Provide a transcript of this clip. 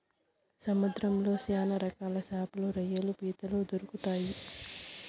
సముద్రంలో శ్యాన రకాల శాపలు, రొయ్యలు, పీతలు దొరుకుతాయి